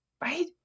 right